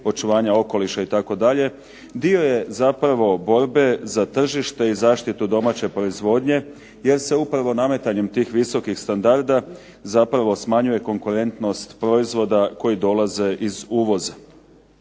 očuvanju okoliša itd. dio je borbe za tržište i zaštitu domaće proizvodnje, jer se upravo nametanjem tih visokih standarda zapravo smanjuje konkurentnost proizvoda koji dolaze iz uvoza.